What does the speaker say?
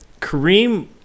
Kareem